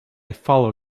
follow